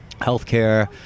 healthcare